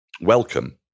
welcome